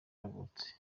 yavutse